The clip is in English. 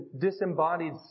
disembodied